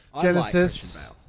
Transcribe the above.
Genesis